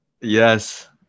Yes